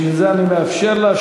לכן אני מאפשר לה.